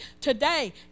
today